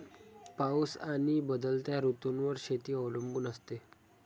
पाऊस आणि बदलत्या ऋतूंवर शेती अवलंबून असते